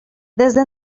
desde